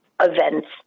Events